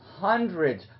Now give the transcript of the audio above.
hundreds